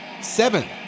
Seven